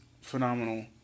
phenomenal